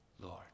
Lord